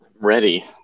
ready